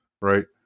right